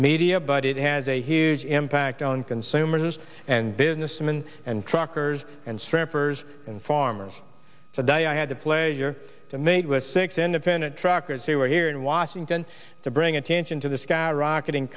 media but it has a huge impact on consumers and business women and truckers and shrimpers and farmers today i had the pleasure to meet with six independent truckers who are here in washington to bring attention to the skyrocketing